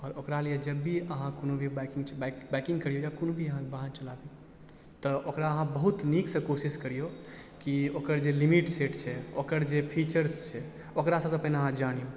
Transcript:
आओर ओकरा लिअ भी अहाँ कोनो भी बाइकिंग बाइक बाइकिंग करियौ या कोनो भी अहाँ बाहन चलाबियौ तऽ ओकरा अहाँ बहुत नीकसँ कोशिश करियौ कि ओकर जे लिमिट सेट छै ओकर जे फीचर्स छै ओकरा सभसँ पहिने अहाँ जानियौ